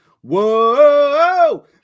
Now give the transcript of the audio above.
Whoa